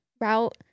route